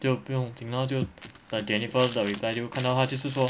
就不用紧 lor 就等 jennifer 的 reply 就看到她就是说